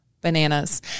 bananas